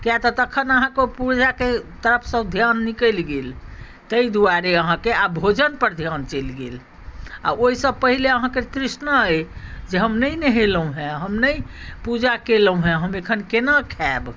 किएक तऽ तखन अहाँकेँ पूजाके तरफसँ ध्यान निकलि गेल ताहि दुआरे अहाँकेँ आब भोजन पर ध्यान चलि गेल आ ओहिसँ पहिले अहाँकेँ तृष्णा अइ जे हम नहि नहेलहुँ हँ हम नहि पूजा कयलहुँ हँ हम एखन केना खायब